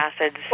acids